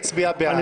יצביע בעד,